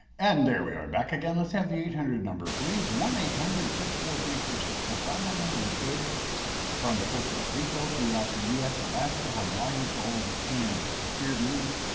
and there we are back again. let's have the eight hundred number. please. one, eight hundred, six, four, three, four, six, four, five. that number is good from puerto rico throughout throughout the us, alaska, hawaii, it's all over canada. if the spirit moves,